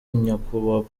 nyakubahwa